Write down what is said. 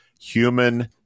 Human